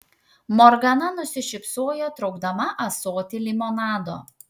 morgana nusišypsojo traukdama ąsotį limonado